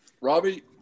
Robbie